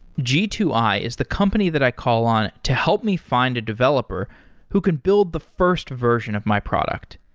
g two i is the company that i call on to help me find a developer who can build the first version of my product.